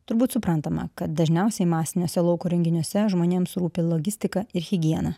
turbūt suprantama kad dažniausiai masiniuose lauko renginiuose žmonėms rūpi logistika ir higiena